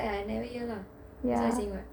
I never use [one] so I say [what]